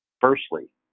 Firstly